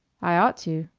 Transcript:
i ought to.